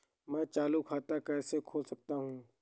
मैं चालू खाता कैसे खोल सकता हूँ?